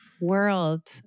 world